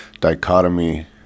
dichotomy